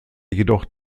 jedoch